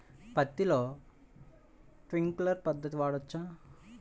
పత్తిలో ట్వింక్లర్ పద్ధతి వాడవచ్చా?